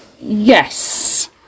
Yes